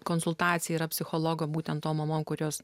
konsultacija psichologo būtent to mamom kurios